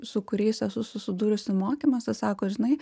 su kuriais esu susidūrusi mokymuose sako žinai